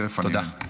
תודה.